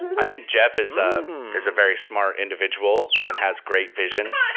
i think jeff is um is a very smart individual and has great vision.